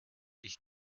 ich